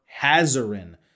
Hazarin